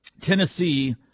Tennessee